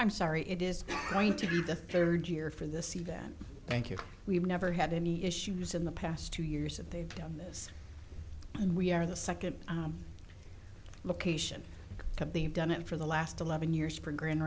i'm sorry it is going to be the third year for this event thank you we've never had any issues in the past two years that they've done this and we are the second location of the you've done it for the last eleven years for grand